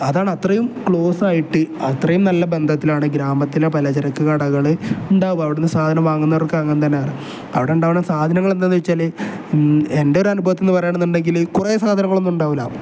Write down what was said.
അതാണ് അത്രയും ക്ലോസായിട്ട് അത്രയും നല്ല ബന്ധത്തിലാണ് ഗ്രാമത്തിലെ പലചരക്ക് കടകൾ ഉണ്ടാവുക അവിടെ നിന്ന് സാധനം വാങ്ങുന്നവർക്ക് അങ്ങനെ തന്നെ അവിടെ ഉണ്ടാവുന്ന സാധനങ്ങൾ എന്താണെന്ന് വച്ചാൽ എൻ്റെ ഒരു അനുഭവത്തിൽ നിന്ന് പറയുകയാണെന്നുണ്ടെങ്കിൽ കുറേ സാധനങ്ങളൊന്നും ഉണ്ടാവില്ല